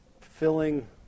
filling